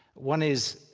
one is,